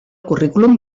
currículum